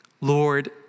Lord